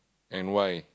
and why